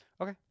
okay